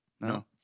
No